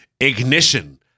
ignition